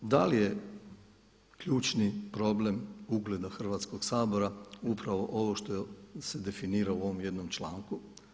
Da li je ključni problem ugleda Hrvatskog sabora upravo ovo što se definira u ovom jednom članku.